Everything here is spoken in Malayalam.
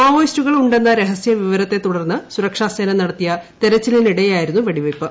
മാവോയിസ്റ്റുകൾ ഉണ്ടെന്ന രഹ്സ്യവിവരത്തെ തുടർന്ന് സുരക്ഷാസേന നടത്തിയ തെരച്ചിലിനിടെയായിരുന്നു വെടിവെയ്പ്പ്